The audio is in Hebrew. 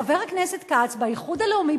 חבר הכנסת כץ באיחוד הלאומי,